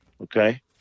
okay